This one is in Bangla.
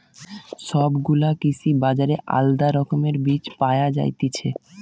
সব গুলা কৃষি বাজারে আলদা রকমের বীজ পায়া যায়তিছে